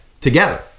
together